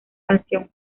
canción